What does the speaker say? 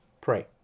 pray